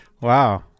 Wow